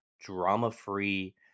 drama-free